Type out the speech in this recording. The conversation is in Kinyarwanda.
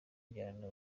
kubyarana